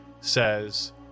says